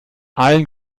allen